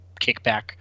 kickback